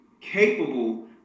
capable